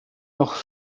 noch